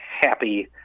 happy